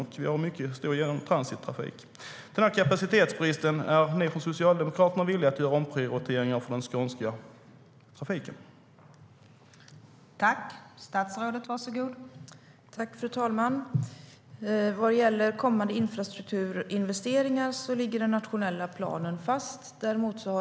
Dessutom har vi stor transittrafik.